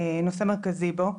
נושא מרכזי בה,